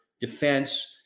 defense